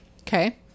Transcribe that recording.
Okay